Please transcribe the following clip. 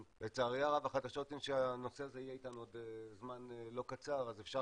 לצערי הרב החדשות הן שהנושא הזה יהיה איתנו עוד זמן לא קצר אז אפשר